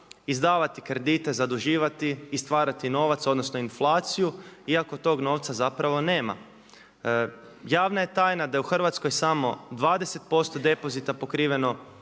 izdavati kredite, zaduživati i stvarati novac, odnosno inflaciju iako tog novca zapravo nema. Javna je tajna da je u Hrvatskoj samo 20% depozita pokriveno